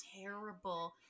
terrible